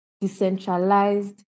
decentralized